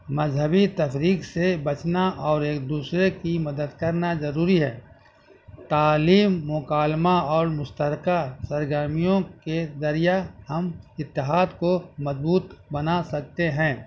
مذہبی تفریق سے بچنا اور ایک دوسرے کی مدد کرنا ضروری ہے تعلیم مکالمہ اور مشترکہ سرگرمیوں کے ذریعہ ہم اتحاد کو مضبوط بنا سکتے ہیں